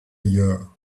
year